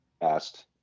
asked